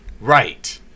Right